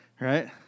right